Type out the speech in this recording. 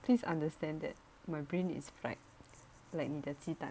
please understand that my brain is fried like 你的鸡蛋